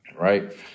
right